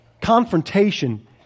Confrontation